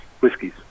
whiskies